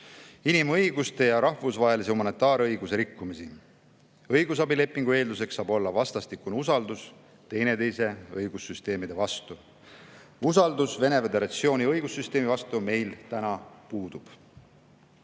inimõiguste ja rahvusvahelise humanitaarõiguse rikkumisi. Õigusabilepingu eelduseks saab olla vastastikune usaldus teineteise õigussüsteemi vastu. Usaldus Venemaa Föderatsiooni õigussüsteemi vastu meil täna puudub.